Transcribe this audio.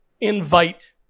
invite